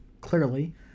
clearly